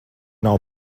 nav